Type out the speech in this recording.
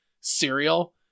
cereal